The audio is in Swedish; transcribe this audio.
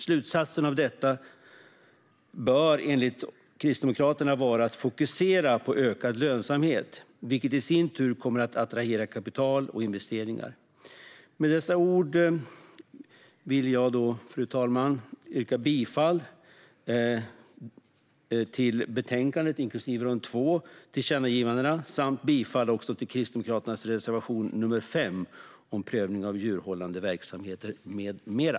Slutsatsen av detta bör enligt Kristdemokraterna vara att man ska fokusera på ökad lönsamhet, vilket i sin tur kommer att attrahera kapital och investeringar. Med dessa ord, fru talman, vill jag yrka bifall till förslaget i betänkandet, inklusive de två tillkännagivandena, samt till Kristdemokraternas reservation nr 5 om prövning av djurhållande verksamhet med mera.